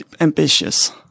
ambitious